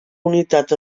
unitat